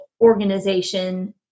organization